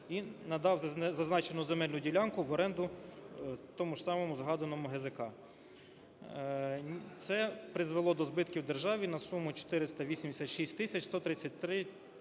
і надав зазначену земельну ділянку в оренду тому ж самому згадуваному ГЗК. Це призвело до збитків державі на суму 486 тисяч